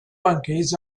monkeys